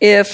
if